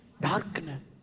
darkness